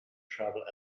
travel